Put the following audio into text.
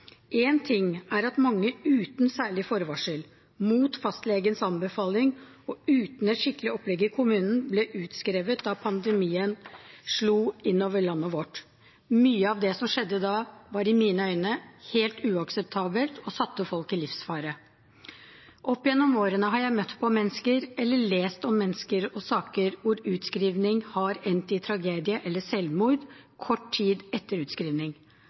En ting er at mange uten særlig forvarsel, mot fastlegens anbefaling og uten et skikkelig opplegg i kommunen, ble utskrevet da pandemien slo innover landet vårt. Mye av det som skjedde da, var i mine øyne helt uakseptabelt og satte folk i livsfare. Opp igjennom årene har jeg møtt mennesker eller lest om mennesker og saker hvor utskrivning har endt i tragedie eller selvmord kort tid etter utskrivning.